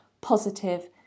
positive